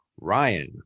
Ryan